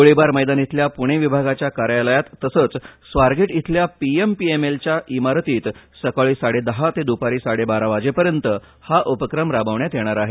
गोळीबार मैदान इथल्या पुणे विभागाच्या कार्यालयात तसेच स्वारगेट येथील P M P M L च्या इमारतीत सकाळी साडेदहा ते दुपारी साडेबारा वाजेपर्यंत हा उपक्रम राबविण्यात येणार आहे